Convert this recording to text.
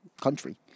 country